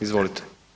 Izvolite.